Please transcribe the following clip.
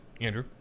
andrew